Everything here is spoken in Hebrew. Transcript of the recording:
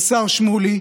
השר שמולי,